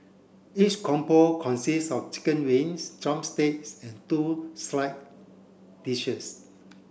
each combo consists of chicken wings drumsticks and two slide dishes